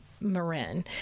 Marin